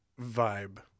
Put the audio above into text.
vibe